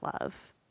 love